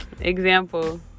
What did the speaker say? Example